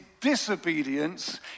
disobedience